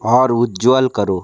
और उज्ज्वल करो